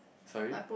sorry